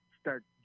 start